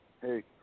hey